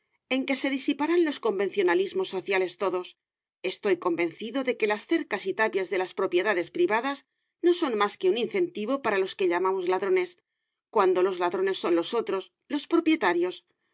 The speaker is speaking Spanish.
fermínen que se disiparán los convencionalismos sociales todos estoy convencido de que las cercas y tapias de las propiedades privadas no son más que un incentivo para los que llamamos ladrones cuando los ladrones son los otros los propietarios